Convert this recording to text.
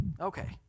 okay